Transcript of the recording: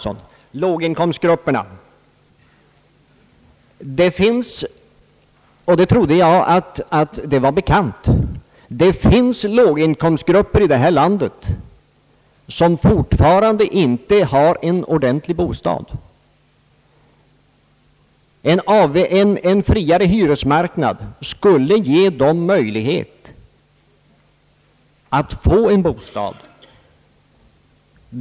Vad låginkomstgrupperna beträffar vill jag säga till herr Göran Karlsson att det finns, och det trodde jag var bekant, låginkomstgrupper i detta land vilka fortfarande inte har en ordentlig bostad. En friare hyresmarknad skulle ge dem möjlighet att få en bostad.